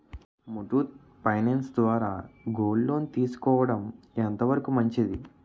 Muthoot finance ద్వారా gold loan తీసుకోవడం ఎంత వరకు మంచిది?